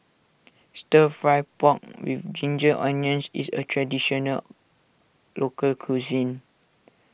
Stir Fry Pork with Ginger Onions is a Traditional Local Cuisine